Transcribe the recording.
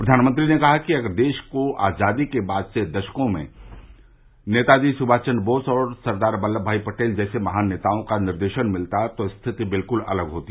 प्रधानमंत्री ने कहा कि अगर देश को आजादी के बाद के दशकों में नेताजी सुमाष चन्द्र बोस और सरदार वल्लबमाई पटेल जैसे महान नेताओं का निर्देशन भिलता तो स्थिति बिल्कुल अलग होती